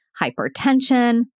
hypertension